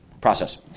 process